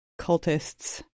cultists